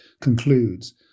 concludes